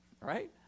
Right